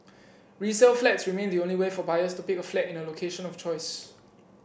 resale flats remain the only way for buyers to pick a flat in a location of choice